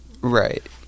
Right